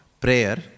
prayer